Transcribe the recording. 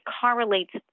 correlates